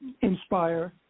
inspire